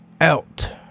out